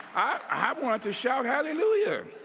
i want to shout hallelujah.